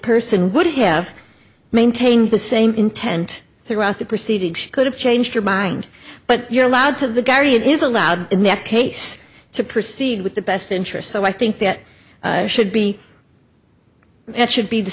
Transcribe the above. person would have maintained the same intent throughout the proceedings she could have changed her mind but you're allowed to the guardian is allowed in that case to proceed with the best interest so i think that should be it should be the